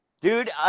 dude